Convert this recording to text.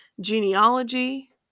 genealogy